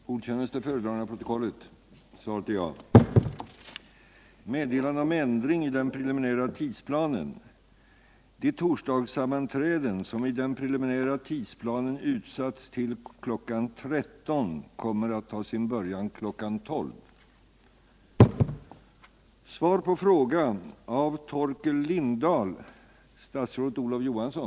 Storvarven med AB Svenska Varv i spetsen är inte längre intresserade av att bidra till det gemensamma arbetet och den gemensamma utvecklingen inom skeppsforskningen. Stiftelsen Svensk Skeppsforskning hotas nu av nedläggning. Anser statsrådet att det är rimligt att den kollektiva forskningen och utvecklingen avbryts inom branschen?